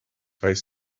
weiß